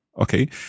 okay